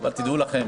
אבל תדעו לכם,